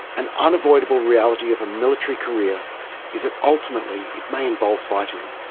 an unavoidable reality of a military career is that ultimately it may involve fighting.